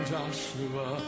Joshua